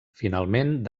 finalment